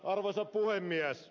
arvoisa puhemies